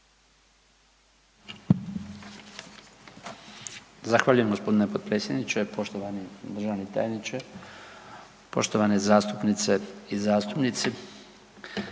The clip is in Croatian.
Zahvaljujem g. potpredsjedniče, poštovani državni tajniče, poštovane zastupnice i zastupnici.